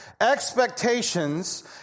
Expectations